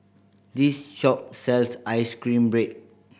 this shop sells ice cream bread